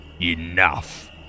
Enough